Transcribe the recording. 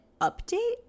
update